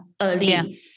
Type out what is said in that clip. early